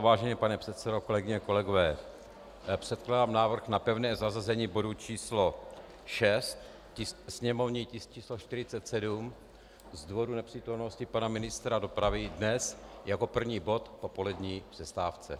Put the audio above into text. Vážený pane předsedo, kolegyně, kolegové, předkládám návrh na pevné zařazení bodu číslo 6, sněmovní tisk číslo 47, z důvodu nepřítomnosti pana ministra dopravy dnes jako první bod po polední přestávce.